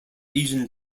asian